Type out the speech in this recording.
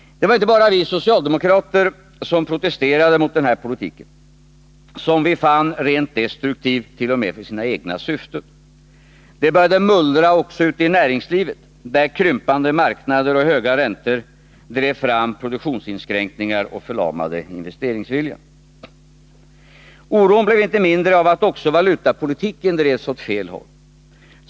Det var inte bara vi socialdemokrater som protesterade mot denna politik, som vi fann rent destruktiv t.o.m. för sina egna syften. Det började mullra också ute i näringslivet, där krympande marknader och höga räntor drev fram produktionsinskränkningar och förlamade investeringsviljan. Oron blev inte mindre av att också valutapolitiken drevs åt fel håll.